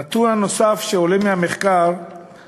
הנתון הנוסף שעולה מהמחקר הוא